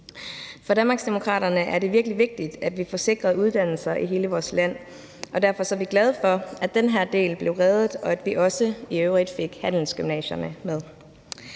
For Danmarksdemokraterne er det virkelig vigtigt, at vi får sikret uddannelser i hele vores land, og derfor er vi glade for, at den her del blev reddet, og at vi i øvrigt også fik handelsgymnasierne med.